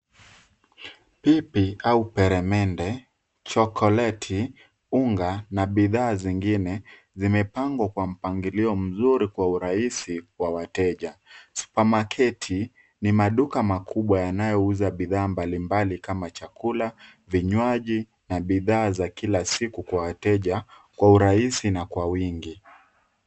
Pipi au peremende, chokoleti, unga na bidhaa zingine, zimepangwa kwa mpangilio mzuri kwa urahisi kwa wateja. Supermarketi , ni maduka makubwa yanayouza bidhaa mbalimbali kama chakula, vinywaji, na bidhaa za kila siku kwa wateja, kwa urahisi na kwa wingi.